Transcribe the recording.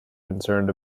concerned